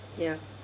ya